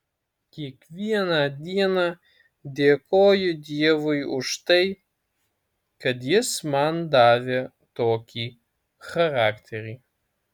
kiekvieną dieną dėkoju dievui už tai kad jis man davė tokį charakterį